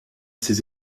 ses